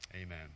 Amen